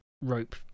rope